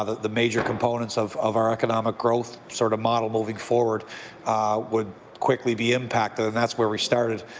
the major components of of our economic growth, sort of, model moving forward would quickly be impacted and that's where we started.